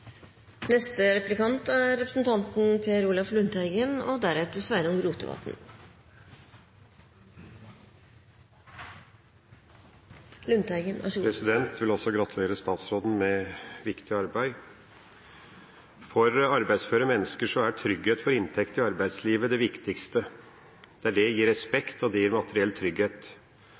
vil gratulere statsråden med viktig arbeid. For arbeidsføre mennesker er trygghet for inntekt i arbeidslivet det viktigste. Det gir respekt og materiell trygghet. Rundt om i verden ser vi arbeidsledighet og sosial nød, og det